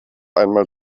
einmal